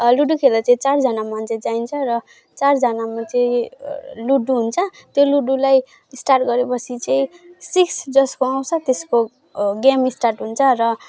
ludo खेल्दा चाहिँ चारजना मान्छे चाहिन्छ र चारजनामा चाहिँ लुडो हुन्छ त्यो लुडोलाई स्टार्ट गरेपछि चाहिँ सिक्स जसको आउँछ त्यसको गेम स्टार्ट हुन्छ र